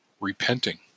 repenting